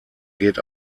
geht